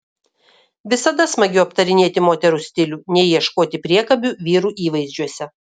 visada smagiau aptarinėti moterų stilių nei ieškoti priekabių vyrų įvaizdžiuose